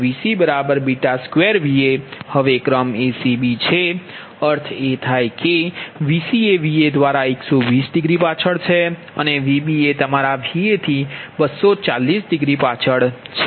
હવે ક્રમ a c b છે અર્થ એ થાય કે Vc એ Va દ્વારા 120 પાછળ છે અને Vb એ તમારા Va થી 240 પાછળ છે